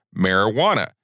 marijuana